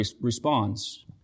responds